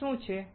આ શું છે